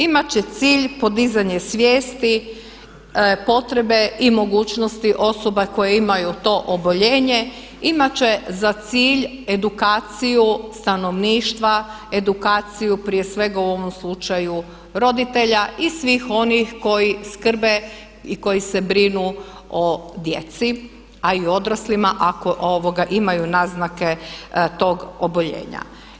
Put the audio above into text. Imati će cilj podizanje svijesti, potrebe i mogućnosti osoba koje imaju to oboljenje, imati će za cilj edukaciju stanovništva, edukaciju prije svega u ovom slučaju roditelja i svih onih koji skrbe i koji se brinu o djeci a i odraslima ako imaju naznake tog oboljenja.